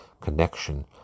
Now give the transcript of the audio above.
connection